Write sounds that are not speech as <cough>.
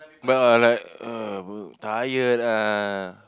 [wah] like <noise> tired ah